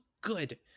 good